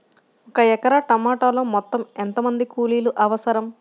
ఒక ఎకరా టమాటలో మొత్తం ఎంత మంది కూలీలు అవసరం?